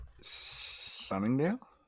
Sunningdale